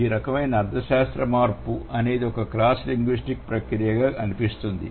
ఈ రకమైన అర్థశాస్త్ర మార్పు అనేది ఒక క్రాస్ లింగ్విస్టిక్ ప్రక్రియగా అనిపిస్తుంది